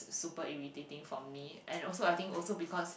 super irritating for me and also I think also because